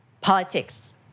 Politics